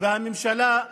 נבעה ממאבק בן ארבע שנים,